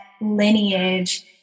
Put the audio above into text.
lineage